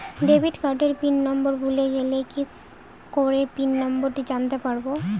Debit কার্ডের PIN number ভুলে গেলে কি করে পিন নম্বরটি জানতে পারবো?